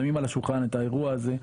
שמים על השולחן את האירוע הזה,